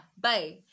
bye